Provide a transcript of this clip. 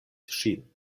ŝin